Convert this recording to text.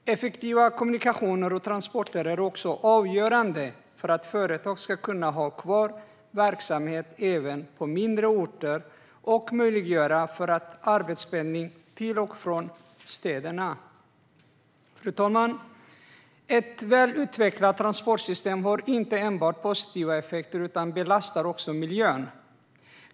Effektiva kommunikationer och transporter är också avgörande för att företag ska kunna ha kvar verksamhet även på mindre orter och för att arbetspendling till och från städerna ska vara möjlig. Fru talman! Ett välutvecklat transportsystem har inte enbart positiva effekter utan belastar också miljön.